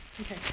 Okay